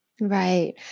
Right